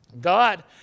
God